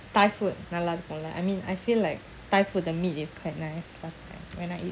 thai food நல்லஇருக்கும்ல:nalla irukumla I mean I feel like thai food the meat is quite nice last time when I eat